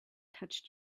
touched